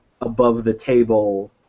above-the-table